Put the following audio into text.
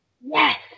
Yes